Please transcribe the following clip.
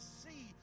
see